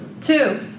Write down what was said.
two